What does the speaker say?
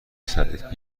سرت